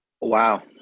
Wow